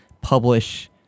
publish